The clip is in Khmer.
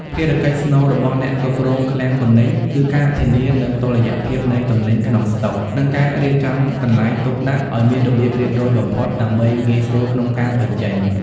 ភារកិច្ចស្នូលរបស់អ្នកគ្រប់គ្រងឃ្លាំងទំនិញគឺការធានានូវតុល្យភាពនៃទំនិញក្នុងស្តុក និងការរៀបចំកន្លែងទុកដាក់ឱ្យមានរបៀបរៀបរយបំផុតដើម្បីងាយស្រួលក្នុងការបញ្ចេញ។